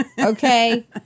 okay